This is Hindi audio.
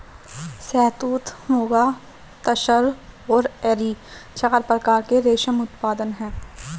शहतूत, मुगा, तसर और एरी चार प्रकार के रेशम उत्पादन हैं